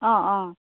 অঁ অঁ